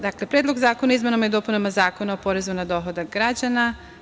Dakle, Predlog zakona o izmenama i dopunama Zakona o porezu na dohodak građana.